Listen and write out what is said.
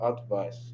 advice